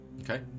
Okay